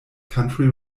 country